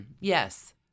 yes